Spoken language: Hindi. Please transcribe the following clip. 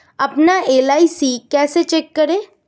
अपना एल.आई.सी कैसे चेक करें?